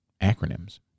acronyms